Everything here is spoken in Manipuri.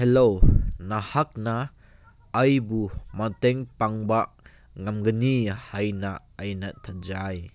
ꯍꯜꯂꯣ ꯅꯍꯥꯛꯅ ꯑꯩꯕꯨ ꯃꯇꯦꯡ ꯄꯥꯡꯕ ꯉꯝꯒꯅꯤ ꯍꯥꯏꯅ ꯑꯩꯅ ꯊꯥꯖꯩ